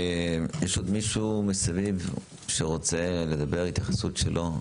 יש מסביב עוד מישהו שרוצה לדבר, התייחסות שלו?